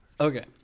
Okay